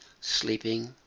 sleeping